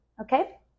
okay